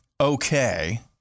okay